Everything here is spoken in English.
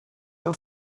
were